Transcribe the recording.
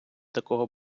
такого